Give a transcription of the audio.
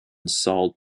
sault